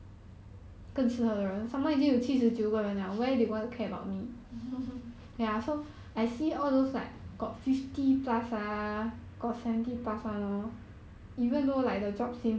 mm